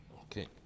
Okay